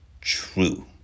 true